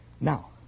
Now